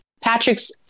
Patrick's